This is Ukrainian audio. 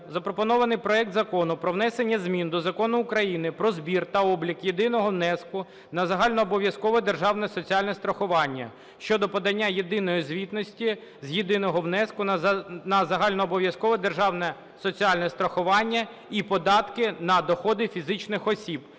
запропонований проект Закону про внесення змін до Закону України "Про збір та облік єдиного внеску на загальнообов'язкове державне соціальне страхування" щодо подання єдиної звітності з єдиного внеску на загальнообов'язкове державне соціальне страхування і податку на доходи фізичних осіб